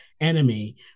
enemy